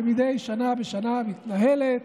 שמדי שנה בשנה מתנהלת